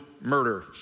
murder